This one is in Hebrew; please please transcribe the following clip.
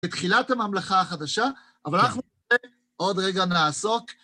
בתחילת הממלכה החדשה, אבל אנחנו עוד רגע נעסוק.